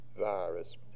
Virus